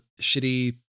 shitty